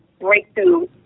breakthrough